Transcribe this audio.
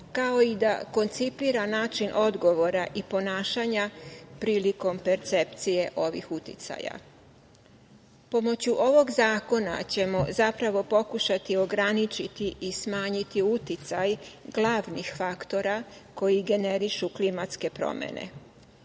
kao i da koncipira način odgovora i ponašanja prilikom percepcije ovih uticaja. Pomoću ovog zakona ćemo zapravo pokušati ograničiti i smanjiti uticaj glavnih faktora koji generišu klimatske promene.